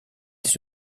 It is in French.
des